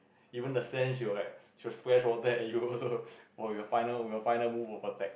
even the sand she will like she will splash water at you also your final your final move will protect